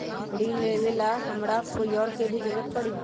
ऋन लेबेला हमरा कोई और के भी जरूरत परी?